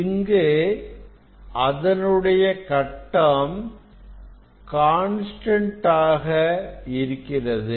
இங்கு அதனுடைய கட்டம் கான்ஸ்டன்ட் ஆக இருக்கிறது